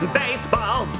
baseball